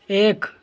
एक